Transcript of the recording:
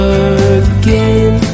again